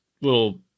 little